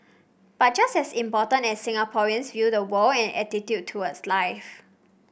but just as important as Singaporeans view the world and attitude towards life